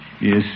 Yes